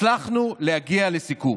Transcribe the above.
הצלחנו להגיע לסיכום.